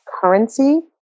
currency